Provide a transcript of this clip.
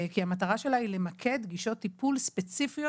כי המטרה שלה היא למקד גישות טיפול ספציפיות